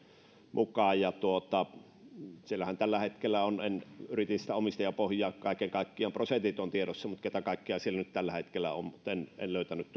mukaan siellähän tällä hetkellä on yritin löytää sitä omistajapohjaa kaiken kaikkiaan prosentit ovat tiedossa mutta keitä kaikkia siellä tällä hetkellä on en löytänyt